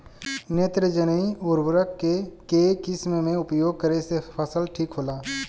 नेत्रजनीय उर्वरक के केय किस्त मे उपयोग करे से फसल ठीक होला?